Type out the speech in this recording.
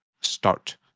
start